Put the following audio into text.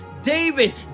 David